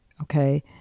okay